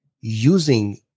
using